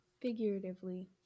Figuratively